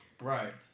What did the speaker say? Right